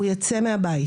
הוא ייצא מהבית,